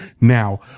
Now